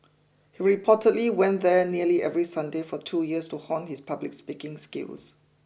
he reportedly went there nearly every Sunday for two years to hone his public speaking skills